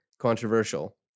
controversial